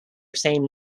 same